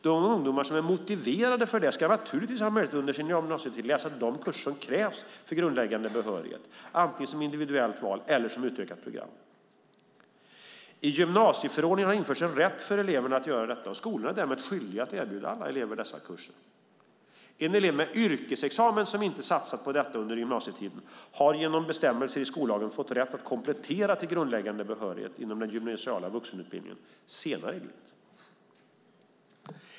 De ungdomar som är motiverade för det ska ha möjlighet att under sin gymnasietid läsa de kurser som krävs för grundläggande behörighet antingen som individuellt val eller som utökat program. I gymnasieförordningen har införts en rätt för eleverna att göra detta, och skolorna är därmed skyldiga att erbjuda alla elever dessa kurser. En elev med yrkesexamen som inte satsat på detta under gymnasietiden har genom bestämmelser i skollagen fått rätt att komplettera till grundläggande behörighet inom den gymnasiala vuxenutbildningen senare i livet.